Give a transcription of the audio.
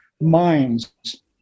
minds